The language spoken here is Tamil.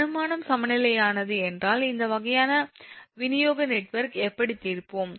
அனுமானம் சமநிலையானது என்றால் இந்த வகையான விநியோக நெட்வொர்க் எப்படி தீர்ப்போம்